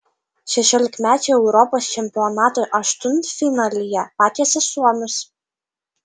šešiolikmečiai europos čempionato aštuntfinalyje patiesė suomius